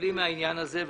סובלים מהעניין הזה.